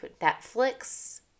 Netflix